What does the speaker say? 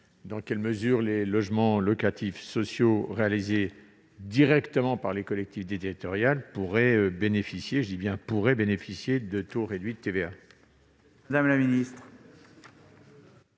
dans quelle mesure les logements locatifs sociaux réalisés directement par les collectivités territoriales pourraient bénéficier d'un taux réduit de TVA. Quel est